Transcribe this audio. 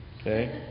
Okay